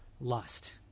lust